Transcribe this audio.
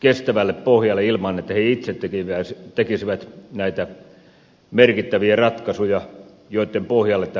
kestävälle pohjalle ilman että he itse tekisivät näitä merkittäviä ratkaisuja joitten pohjalle tämä kaikki rakentuisi